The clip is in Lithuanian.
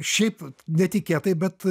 šiaip netikėtai bet